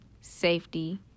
safety